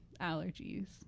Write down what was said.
allergies